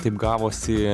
taip gavosi